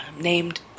named